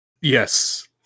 Yes